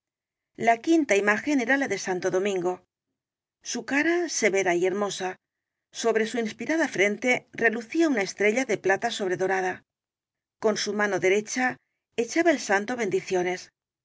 la quinta imagen era la de santo domin go su cara severa y hermosa sobre su inspirada frente relucía una estrella de plata sobredorada con su mano derecha echaba el santo bendicio